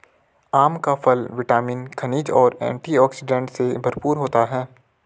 आम का फल विटामिन, खनिज और एंटीऑक्सीडेंट से भरपूर होता है